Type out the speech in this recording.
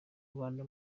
rwanda